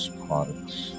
products